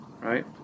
right